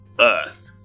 earth